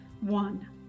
One